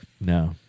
No